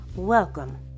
Welcome